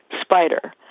spider